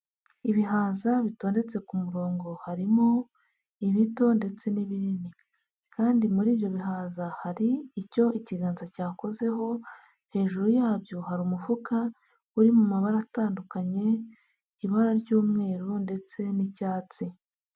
Ibihaza bitondetse ku murongo, harimo ibito ndetse n'ibinini kandi muri ibyo bihaza hari icyo ikiganza cyakozeho, hejuru yabyo hari umufuka uri mu mabara atandukanye, ibara ry'umweru ndetse n'icyatsi.